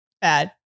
Bad